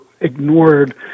ignored